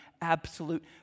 absolute